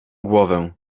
głowę